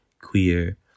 Queer